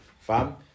fam